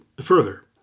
Further